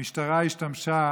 המשטרה השתמשה